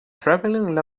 traveling